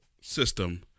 system